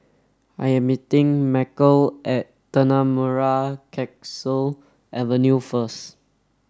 I am meeting Macel at Tanah Merah Kechil Avenue first